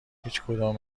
هیچکدوم